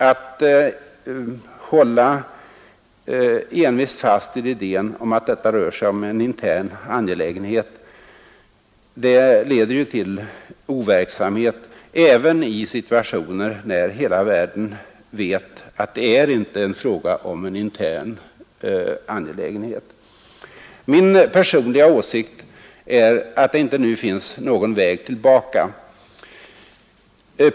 Att hålla envist fast vid idén att det här rör sig om en intern angelägenhet leder ju till overksamhet även i situationer när hela världen vet att det inte är fråga om en intern angelägenhet. Min personliga åsikt är att det inte finns någon väg tillbaka.